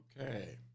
Okay